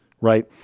right